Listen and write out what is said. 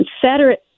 Confederate